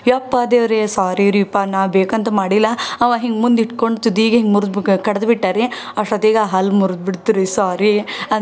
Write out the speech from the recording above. ಯಪ್ಪ ದೇವರೇ ಸಾರಿ ರೀಪಾ ನಾ ಬೇಕಂತ ಮಾಡಿಲ್ಲ ಅಂವಾ ಹಿಂಗೆ ಮುಂದು ಇಟ್ಕೊಂಡು ತುದಿಗೆ ಹಿಂಗೆ ಮುರ್ದು ಬುಕ ಕಡ್ದು ಬಿಟ್ಟ ರೀ ಅಷ್ಟೊತ್ತಿಗೆ ಆ ಹಲ್ಲು ಮುರ್ದು ಬಿಡ್ತು ರೀ ಸಾರೀ ಅಂದೆ